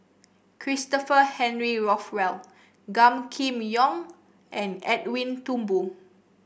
Christopher Henry Rothwell Gan Kim Yong and Edwin Thumboo